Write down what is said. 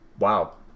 Wow